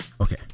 Okay